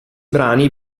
brani